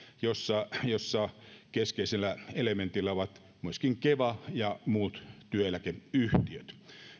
jossa jossa keskeisenä elementtinä ovat myöskin keva ja muut työeläkeyhtiöt